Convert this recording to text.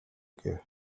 гэв